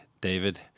David